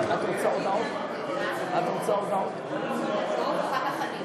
הצעת ועדת הכנסת להקים ועדה משותפת לוועדת הכנסת ולוועדת החוקה,